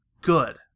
good